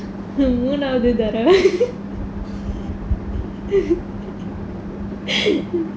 மூனாவது தடவை:moonaavathu tatavai